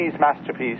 masterpiece